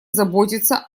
заботиться